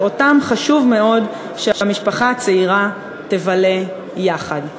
שאותם חשוב מאוד שהמשפחה הצעירה תבלה יחד.